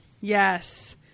Yes